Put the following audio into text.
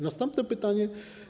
Następne pytanie.